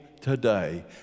today